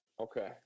Okay